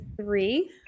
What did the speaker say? three